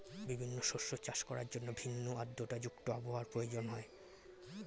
বিভিন্ন শস্য চাষ করার জন্য ভিন্ন আর্দ্রতা যুক্ত আবহাওয়ার প্রয়োজন হয়